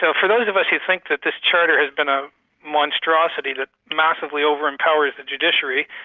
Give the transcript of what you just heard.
so for those of us who think that this charter has been a monstrosity that massively overempowers the judiciary,